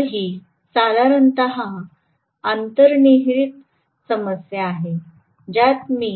तर ही साधारणत अंतर्निहित समस्या आहेत ज्यात मी